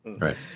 Right